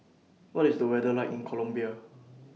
What IS The weather like in Colombia